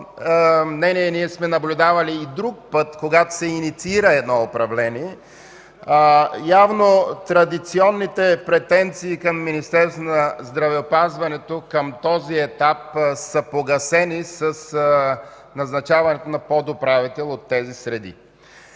ние сме наблюдавали и друг път, когато се инициира едно управление. Явно традиционните претенции към Министерството на здравеопазването, към този етап, са погасени с назначаването на подуправител от тази среди.